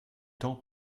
temps